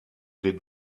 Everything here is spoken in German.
den